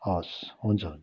हवस् हुन्छ हुन्छ